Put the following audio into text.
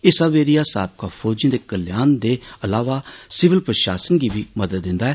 एह सब ऐरिया साबका फौजिए दे कल्याण दे इलावा सिविल प्रशासन गी बी मदंद दिन्दा ऐ